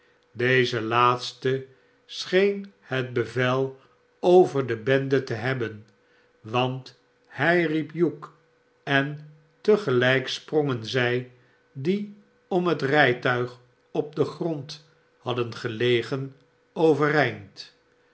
deze laatste scheen het bevel over de bende te hebben want hij riep hugh en te gelijk sprongen zij die om het rijtuig op den grond hadden gelegen overeind